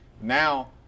Now –